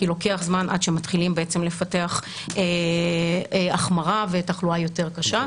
כי לוקח זמן עד שמתחילים בעצם לפתח החמרה ותחלואה יותר קשה.